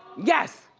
yes.